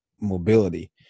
mobility